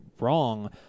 wrong